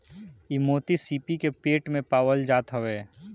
इ मोती सीपी के पेट में पावल जात हवे